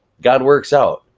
godworksout,